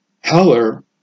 Heller